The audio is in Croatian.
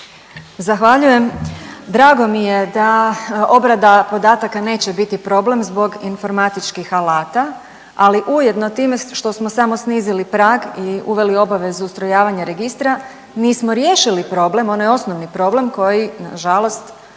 Zahvaljujem. Drago mi je da obrada podataka neće biti problem zbog informatičkih alata, ali ujedno time što smo samo snizili prag i uveli obavezu ustrojavanja registra nismo riješili problem, onaj osnovni problem koji nažalost